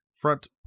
front